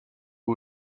est